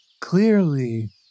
Clearly